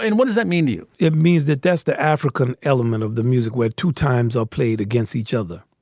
and what does that mean to you? it means that that's the african element of the music where two times are played against each other.